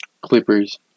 Clippers